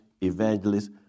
evangelists